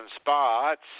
spots